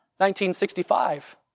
1965